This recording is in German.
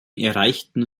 erreichten